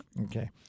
Okay